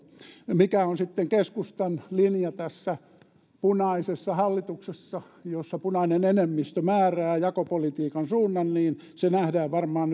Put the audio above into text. mikä on sitten keskustan linja tässä punaisessa hallituksessa jossa punainen enemmistö määrää jakopolitiikan suunnan niin se nähdään varmaan